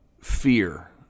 fear